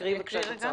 תקריאי בבקשה את הצו.